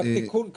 רק תיקון קטן,